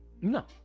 No